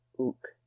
Ook